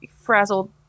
frazzled